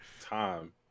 time